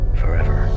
forever